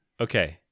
Okay